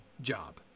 job